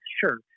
sure